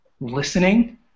listening